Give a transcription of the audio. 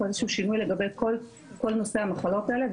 איזשהו שינוי לגבי כל נושא המחלות האלה,